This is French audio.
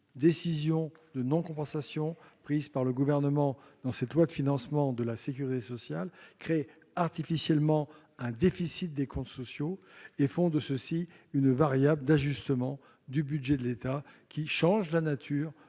décisions de non-compensation prises par le Gouvernement dans ce projet de loi de financement de la sécurité sociale créent artificiellement un déficit des comptes sociaux et font de la sécurité sociale une variable d'ajustement du budget de l'État, ce qui en change la nature.